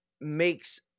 makes